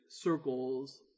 circles